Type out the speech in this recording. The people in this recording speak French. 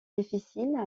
difficile